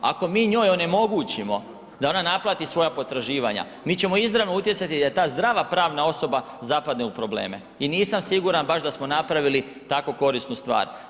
Ako mi njoj onemogućimo da ona naplati svoja potraživanja, mi ćemo izravno utjecati da ta zdrava pravna osoba zapadne u probleme i nisam siguran baš da smo napravili tako korisnu stvar.